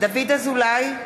דוד אזולאי,